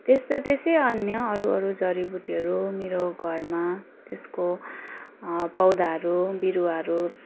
त्यस्तै त्यस्तै अन्य अरू अरू जडीबुटीहरू मेरो घरमा त्यसको पौधाहरू बिरुवाहरू